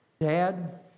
Dad